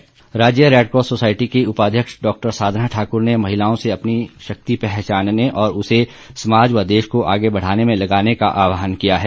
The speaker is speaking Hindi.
साधना ठाकुर राज्य रेडक्रॉस सोसायटी की उपाध्यक्ष डॉ साधना ठाक्र ने महिलाओं से अपनी शक्ति पहचानने और उसे समाज व देश को आगे बढ़ाने में लगाने का आहवान किया है